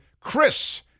Chris